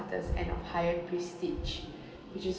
and higher prestige which is